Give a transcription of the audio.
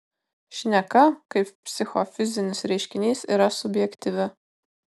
šneka kaip psichofizinis reiškinys yra subjektyvi